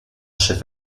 chef